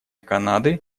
канады